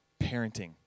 parenting